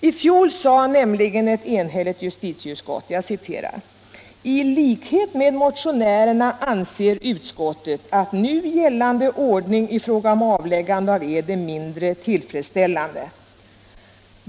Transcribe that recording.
I fjol sade nämligen ett enhälligt justitieutskott: ”I likhet med motionärerna anser utskottet att nu gällande ordning i fråga om avläggande av ed är mindre tillfredsställande.